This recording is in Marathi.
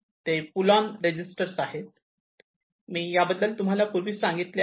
ते पुल ओंन रजिस्टर मी याबद्दल तुम्हाला पूर्वी सांगितलेले आहे